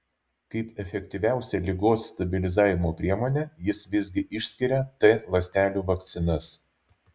kaip efektyviausią ligos stabilizavimo priemonę jis visgi išskiria t ląstelių vakcinas